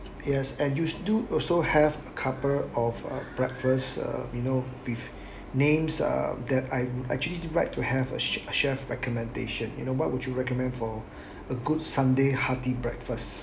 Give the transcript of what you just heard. yes and you've do also have a couple of uh breakfast uh you know with names ah that I actually like to have a chef recommendation you know what would you recommend for a good sunday hearty breakfast